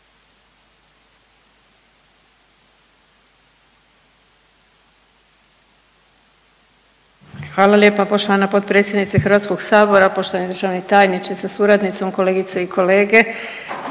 Hvala lijepa poštovana potpredsjednice HS, poštovani državni tajniče sa suradnicom, kolegice i kolege.